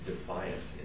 defiance